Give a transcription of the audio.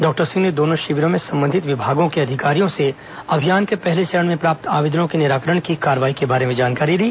doctor Singh ने दोनों शिविरों में संबंधित विभागों के अधिकारियों से अभियान के पहले चरण में प्राप्त आवेदनों के निराकरण की कार्रवाई के बारे में जानकारी ली